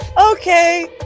Okay